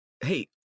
Hey